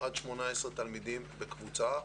עד 18 תלמידים בקבוצה.